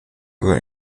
were